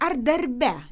ar darbe